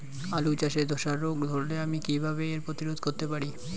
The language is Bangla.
আলু চাষে ধসা রোগ ধরলে আমি কীভাবে এর প্রতিরোধ করতে পারি?